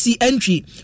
Entry